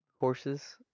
Horses